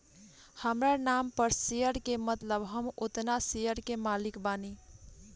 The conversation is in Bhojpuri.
हामरा नाम पर शेयर के मतलब हम ओतना शेयर के मालिक बानी